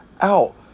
out